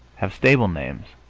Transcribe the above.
have stable-names.